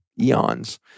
eons